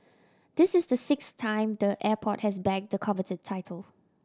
this is the sixth time the airport has bagged the coveted title